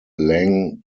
lang